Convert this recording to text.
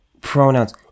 pronouns